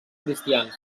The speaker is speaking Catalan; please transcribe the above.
cristians